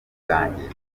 bwanjye